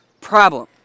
problem